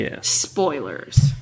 Spoilers